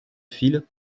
file